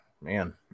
man